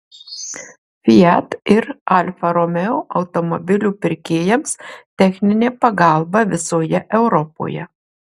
fiat ir alfa romeo automobilių pirkėjams techninė pagalba visoje europoje